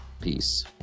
Peace